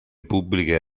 pubbliche